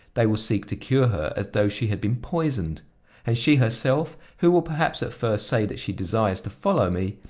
they will seek to cure her as though she had been poisoned and she herself, who will perhaps at first say that she desires to follow me,